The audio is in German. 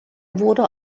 wurde